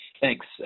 Thanks